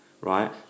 right